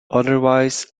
otherwise